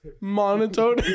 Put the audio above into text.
monotone